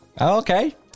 Okay